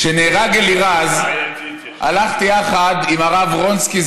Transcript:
כשנהרג אלירז הלכתי יחד עם הרב רונצקי,